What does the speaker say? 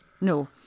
No